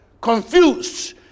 confused